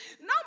no